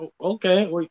Okay